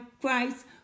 Christ